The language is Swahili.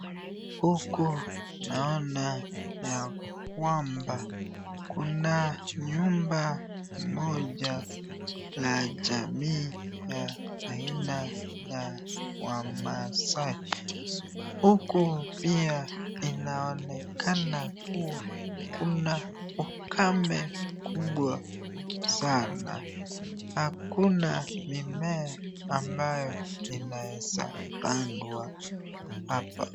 Huku naona ya kwamba kuna nyumba moja ya jamii ya aina ya wamaasai. Huku pia inaonekana kuna ukame kubwa sana hakuna mimea ambayo inaweza pandwa hapa.